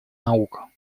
наука